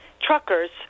truckers